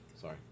Sorry